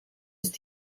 ist